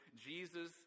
jesus